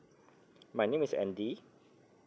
my name is andy